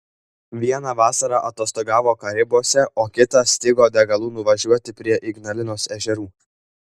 vieną vasarą atostogavo karibuose o kitą stigo degalų nuvažiuoti prie ignalinos ežerų